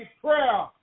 prayer